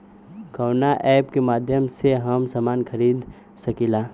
कवना ऐपके माध्यम से हम समान खरीद सकीला?